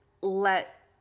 let